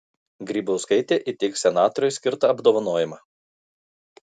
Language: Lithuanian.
grybauskaitė įteiks senatoriui skirtą apdovanojimą